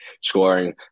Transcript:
scoring